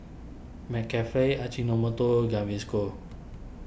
McCafe Ajinomoto Gaviscon